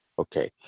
Okay